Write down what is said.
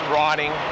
riding